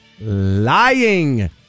lying